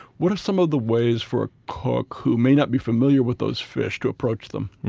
what are some of the ways for a cook who may not be familiar with those fish to approach them?